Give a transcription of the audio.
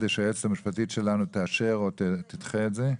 כדי שהיועצת שלנו תאשר או תדחה את זה.